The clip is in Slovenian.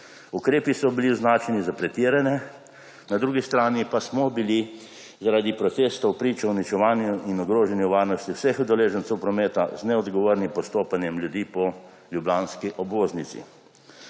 Ukrepi so bili označeni za pretirane, na drugi strani pa smo bili zaradi protestov priča uničevanju in ogrožanju varnosti vseh udeležencev prometa z neodgovornim postopanjem ljudi po ljubljanski obvoznici.